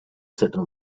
certain